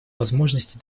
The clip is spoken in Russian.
возможности